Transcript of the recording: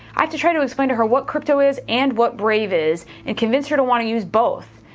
i have to try to explain to her what crypto is, and what brave is, and convince her to want to use both.